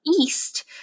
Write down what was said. East